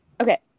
Okay